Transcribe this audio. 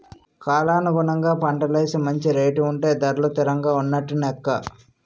కాలానుగుణంగా పంటలేసి మంచి రేటు ఉంటే ధరలు తిరంగా ఉన్నట్టు నెక్క